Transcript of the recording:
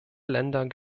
länder